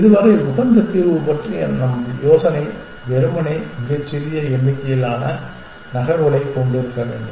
இதுவரை உகந்த தீர்வு பற்றிய நம் யோசனை வெறுமனே மிகச்சிறிய எண்ணிக்கையிலான நகர்வுகளைக் கொண்டிருக்க வேண்டும்